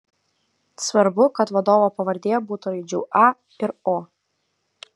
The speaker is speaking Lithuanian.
svarbu kad vadovo pavardėje būtų raidžių a ir o